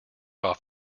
off